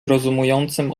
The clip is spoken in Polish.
rozumującym